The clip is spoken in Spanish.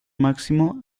máximo